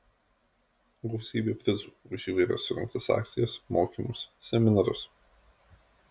gausybė prizų už įvairias surengtas akcijas mokymus seminarus